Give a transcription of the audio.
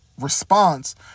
response